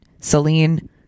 celine